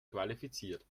qualifiziert